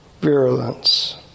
virulence